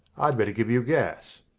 i'd better give you gas.